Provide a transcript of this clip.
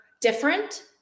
different